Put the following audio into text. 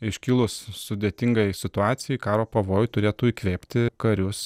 iškilus sudėtingai situacijai karo pavojui turėtų įkvėpti karius